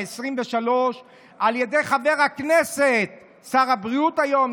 העשרים-ושלוש על ידי חבר הכנסת" שר הבריאות היום,